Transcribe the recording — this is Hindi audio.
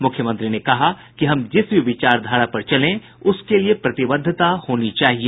मुख्यमंत्री ने कहा कि हम जिस भी विचारधारा पर चलें उसके लिए प्रतिबद्धता होनी चाहिए